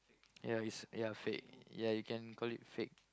ya it's ya fake ya you can call it fake